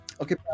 okay